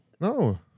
No